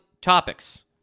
topics